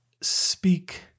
speak